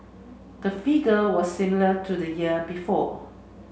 the figure was similar to the year before